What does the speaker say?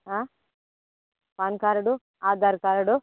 ಹಾಂ PAN card Aadhaar card